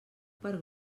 per